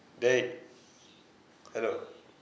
they I know